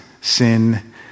sin